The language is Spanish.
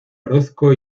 orozco